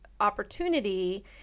opportunity